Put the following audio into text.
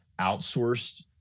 outsourced